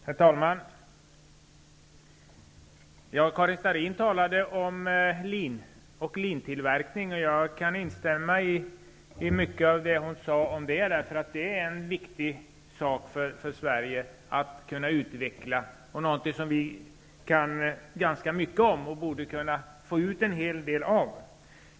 Herr talman! Karin Starrin talade om lin och linodling. Jag kan instämma i mycket av det som hon sade. Det är viktigt för Sverige att utveckla denna näring. Det är något som vi i Sverige kan ganska mycket om och borde kunna få ut en hel del av.